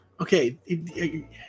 okay